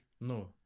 No